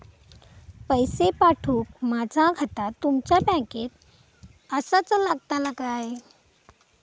पैसे पाठुक माझा खाता तुमच्या बँकेत आसाचा लागताला काय?